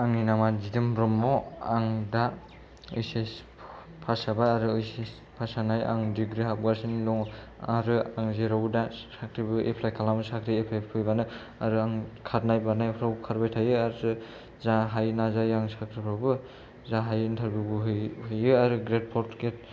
आंनि नामा दिदोम ब्रह्म आं दा एइचएस पास जाबाय आरो एइसएस पास जानाय आं दिग्रि हाबगासिनो दङ आरो आं जेरावबो दा साख्रिबो एप्लाइ खालामा आरो साख्रि एप्लाइ फैबानो आरो आं खारनाय बारनायफ्राव खारबाय थायो आरो जा हायो नाजायो आं साख्रिफोरबो जा हायो इन्टारभिउ बो होयो आरो ग्रेड फर ग्रेड